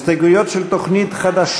הסתייגויות של הפחתת התקציב לסעיף